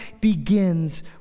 begins